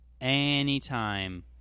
anytime